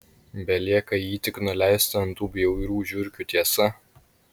belieka jį tik nuleisti ant tų bjaurių žiurkių tiesa